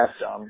Yes